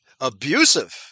abusive